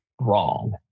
wrong